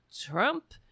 Trump